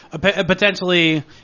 Potentially